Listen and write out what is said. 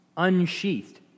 unsheathed